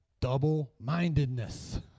Double-mindedness